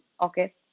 Okay